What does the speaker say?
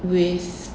with